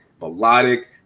melodic